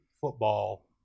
football